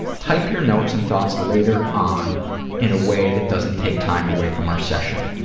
type your notes and thoughts later on in a way that doesn't take time away from our session.